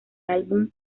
álbum